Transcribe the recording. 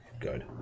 Good